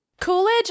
Coolidge